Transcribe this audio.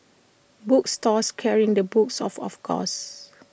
book stores carrying the books of of course